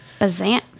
Bazant